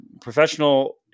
professional